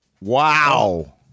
wow